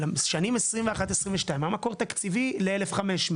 שנים 21-22 היה מקור תקציבי ל-1,500.